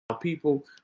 people